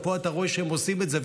ופה אתה רואה שהם עושים את זה,